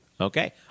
Okay